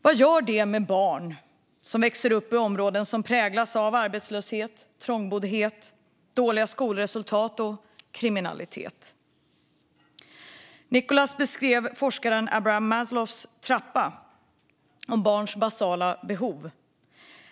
Vad gör det med barn att växa upp i områden som präglas av arbetslöshet, trångboddhet, dåliga skolresultat och kriminalitet? Nicolas beskrev forskaren Abraham Maslows trappa över barns basala behov.